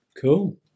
Cool